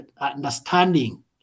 understanding